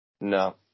No